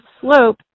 slope